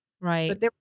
right